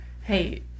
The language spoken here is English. hey